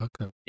Okay